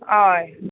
हय